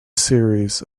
series